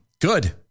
Good